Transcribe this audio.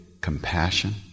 compassion